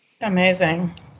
Amazing